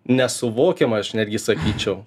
nesuvokiama aš netgi sakyčiau